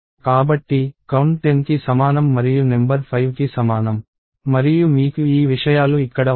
కాబట్టి కౌంట్ 10కి సమానం మరియు నెంబర్ 5కి సమానం మరియు మీకు ఈ విషయాలు ఇక్కడ ఉన్నాయి